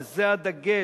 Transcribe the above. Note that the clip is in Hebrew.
וזה הדגש,